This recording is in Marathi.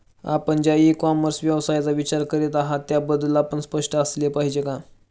आपण ज्या इ कॉमर्स व्यवसायाचा विचार करीत आहात त्याबद्दल आपण स्पष्ट असले पाहिजे का?